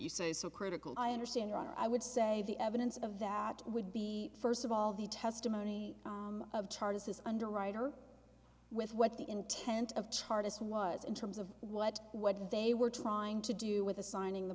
you say is so critical i understand your honor i would say the evidence of that would be first of all the testimony of charges underwriter with what the intent of chartist was in terms of what what they were trying to do with assigning the